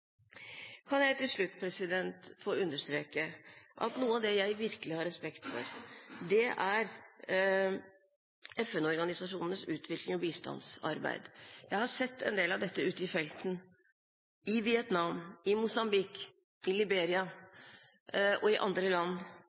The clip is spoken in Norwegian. Til slutt vil jeg understreke at noe av det jeg virkelig har respekt for, er FN-organisasjonenes utviklings- og bistandsarbeid. Jeg har sett en del av dette ute i felten, i Vietnam, i Mosambique, i Liberia og i andre land.